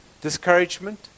Discouragement